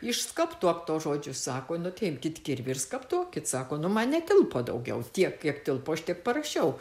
išskaptuok tuos žodžius sako nu tai imkit kirvį ir skaptuokit sako nu man netilpo daugiau tiek kiek tilpo aš tiek parašiau